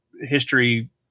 history